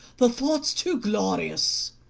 the thought's too glorious!